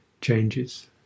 changes